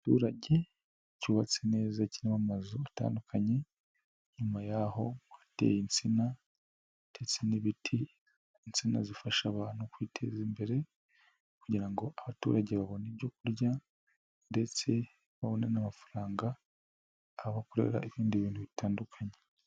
Igiturage cyubatse neza kirimo amazu atandukanye, inyuma y'aho hatera insina ndetse n'ibiti, insina zifasha abantu kwiteza imbere kugira ngo abaturage babone ibyo kurya ndetse babone namafaranga bakorera ibindi bintu bitandukanye.